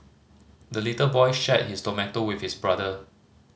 the little boy shared his tomato with his brother